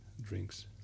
drinks